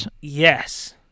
yes